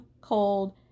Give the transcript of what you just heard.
cold